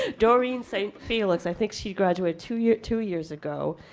doreen st. felix, i think, she graduate two years two years ago.